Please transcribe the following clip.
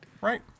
Right